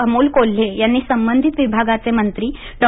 अमोल कोल्हे यांनी संबधित विभागाचे मंत्री डॉ